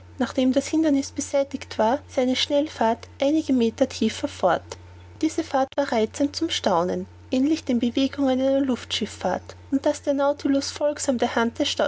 nachdem das hinderniß beseitigt war seine schnellfahrt einige meter tiefer fort diese fahrt war reizend zum staunen ähnlich den bewegungen einer luftschifffahrt nur daß der nautilus folgsam der hand